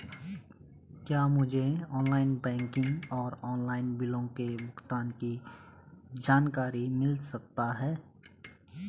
क्या मुझे online banking और ऑनलाइन बिलों के भुगतान की जानकारी मिल सकता है?